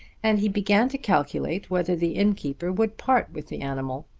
and he began to calculate whether the innkeeper would part with the animal.